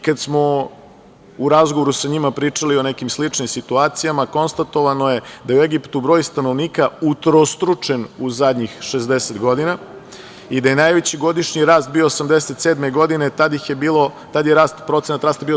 Kad smo u razgovoru sa njima pričali o nekim sličnim situacijama, konstatovano je da je u Egiptu broj stanovnika utrostručen u zadnjih 60 godina i da je najveći godišnji rast bio 1987. godine, tad je procenat rasta bio 2,8%